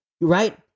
right